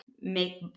make